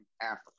africa